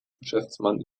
geschäftsmann